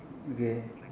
okay